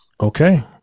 Okay